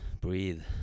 breathe